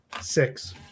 Six